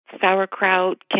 sauerkraut